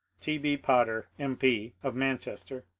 t. b. potter, m. p, of manchester,